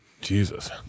Jesus